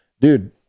dude